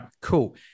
Cool